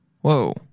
Whoa